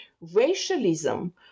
Racialism